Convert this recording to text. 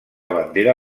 bandera